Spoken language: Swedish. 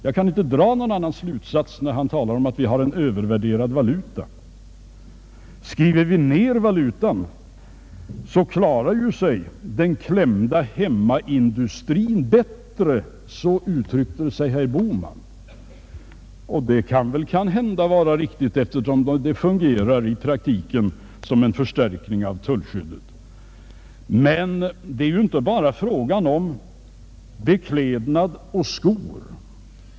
Jag kan inte dra någon annan slutsats när han talar om att vi har en övervärderad valuta. Om vi skriver ner valutan klarar sig den klämda hemmaindustrin bättre enligt herr Bohman. Detta kan möjligen vara riktigt, eftersom den i praktiken fungerar som en förstärkning av tullskyddet. Det är emellertid inte bara fråga om kläder och skor.